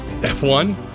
F1